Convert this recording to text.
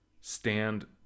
stand